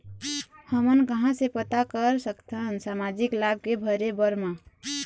हमन कहां से पता कर सकथन सामाजिक लाभ के भरे बर मा?